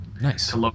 Nice